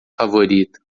favorita